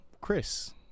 Chris